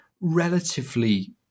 relatively